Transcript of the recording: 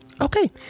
Okay